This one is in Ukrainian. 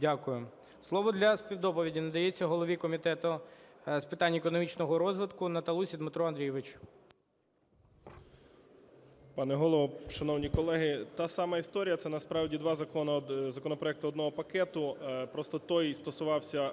Дякую. Слово для співдоповіді надається голові Комітету з питань економічного розвитку Наталусі Дмитру Андрійовичу. 13:36:17 НАТАЛУХА Д.А. Пане Голово, шановні колеги! Та сама історія, це насправді 2 закони – законопроекти одного пакету. Просто той стосувався